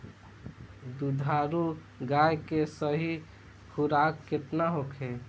दुधारू गाय के सही खुराक केतना होखे?